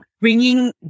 bringing